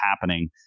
happening